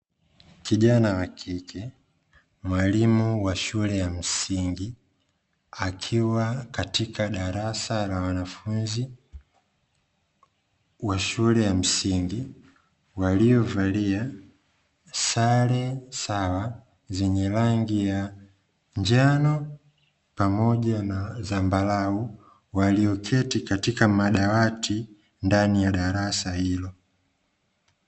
Kijana wa kike mwalimu wa shule ya msingi akiwa katika darasa la wanafunzi wa shule ya msingi, waliovalia sare sawa zenye rangi ya njano pamoja na zambarau walioketi katika madawati ndani ya darasa hilo.